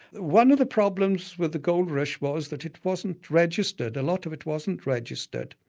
one of the problems with the gold rush was that it wasn't registered. a lot of it wasn't registered.